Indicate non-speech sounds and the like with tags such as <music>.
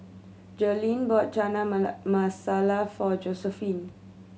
Jerilyn bought Chana <unintelligible> Masala for Josiephine